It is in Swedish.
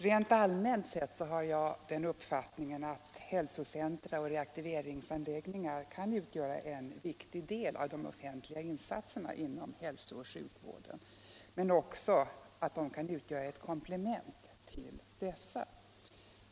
Rent allmänt har jag den uppfattningen att hälsocentra och reaktiveringsanläggningar kan utgöra en viktig del av de offentliga insatserna inom hälsooch sjukvården men också att de kan utgöra ett komplement till dessa.